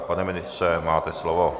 Pane ministře, máte slovo.